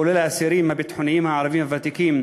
כולל האסירים הביטחוניים הערבים הוותיקים,